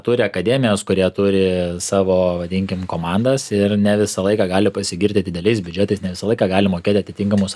turi akademijos kurie turi savo vadinkim komandas ir ne visą laiką gali pasigirti dideliais biudžetais ne visą laiką gali mokėti atitinkamus